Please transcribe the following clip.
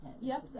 Yes